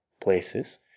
places